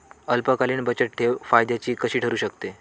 अल्पकालीन बचतठेव फायद्याची कशी ठरु शकते?